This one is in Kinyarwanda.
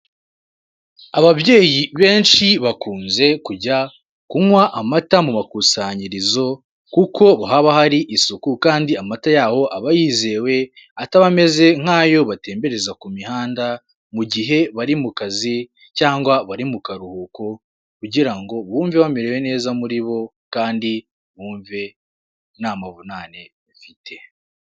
Ababyeyi benshi bakunze kujya kunywa amata mu makusanyirizo kuko haba hari isuku kandi amata yaho aba yizewe, ataba ameze nk'ayo batembereza ku mihanda, mu gihe bari mu kazi cyangwa bari mu karuhuko kugira ngo bumve bamerewe neza muri bo kandi bumve nta mavunane bafite.